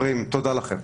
תודה רבה לכם.